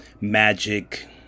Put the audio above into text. Magic